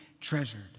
treasured